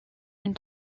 une